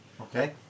Okay